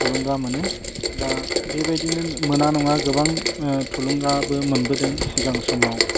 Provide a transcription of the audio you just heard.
थुलुंगा मोनो दा बेबायदिनो मोना नङा गोबां थुलुंगाबो मोनबोदों सिगां समाव